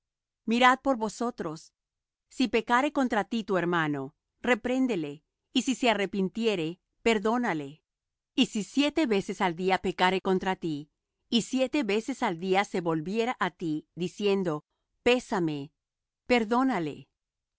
mirad por vosotros si pecare contra ti tu hermano repréndele y si se arrepintiere perdónale y si siete veces al día pecare contra ti y siete veces al día se volviere á ti diciendo pésame perdónale